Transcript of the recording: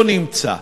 לא נמצא.